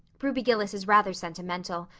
ruby gillis is rather sentimental.